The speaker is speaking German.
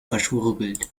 verschwurbelt